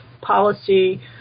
policy